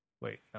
Wait